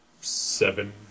seven